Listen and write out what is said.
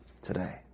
today